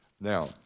Now